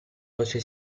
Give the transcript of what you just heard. voce